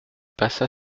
passa